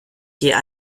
geh